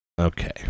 Okay